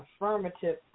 affirmative